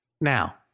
Now